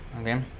okay